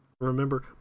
Remember